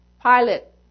pilot